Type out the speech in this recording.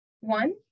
One